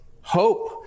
hope